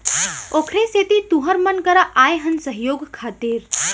ओखरे सेती तुँहर मन करा आए हन सहयोग खातिर